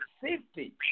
safety